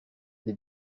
the